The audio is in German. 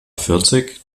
vierzig